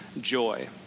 joy